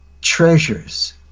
treasures